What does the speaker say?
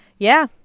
yeah,